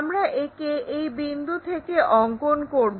আমরা একে এই বিন্দু থেকে অঙ্কন করব